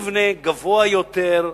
מי יבנה גבוה יותר,